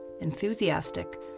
enthusiastic